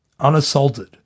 unassaulted